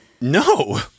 No